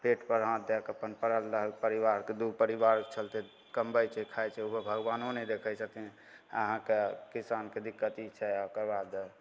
पेटपर हाथ दैके अपन पड़ल रहल परिवारके दुइ गो परिवारके चलिते कमबै छै खाइ छै ओहो भगवानो नहि देखै छथिन अहाँके किसानके दिक्कत ई छै ओकर बाद